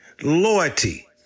Loyalty